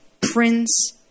prince